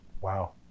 Wow